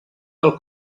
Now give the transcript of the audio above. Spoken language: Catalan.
del